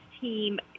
team